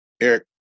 Eric